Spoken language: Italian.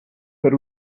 per